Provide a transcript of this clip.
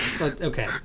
Okay